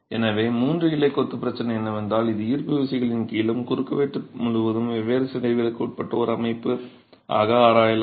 எனவே மூன்று இலை கொத்து பிரச்சனை என்னவென்றால் இது ஈர்ப்பு விசைகளின் கீழும் குறுக்குவெட்டு முழுவதும் வெவ்வேறு சிதைவுகளுக்கு உட்பட்ட ஒரு அமைப்பாக ஆராயப்படலாம்